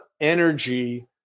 energy